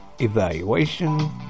evaluation